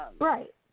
Right